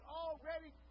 already